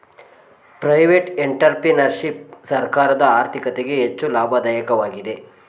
private entrepreneurship ಸರ್ಕಾರದ ಆರ್ಥಿಕತೆಗೆ ಹೆಚ್ಚು ಲಾಭದಾಯಕವಾಗಿದೆ